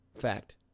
fact